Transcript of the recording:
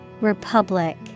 Republic